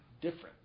different